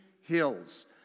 hills